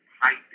height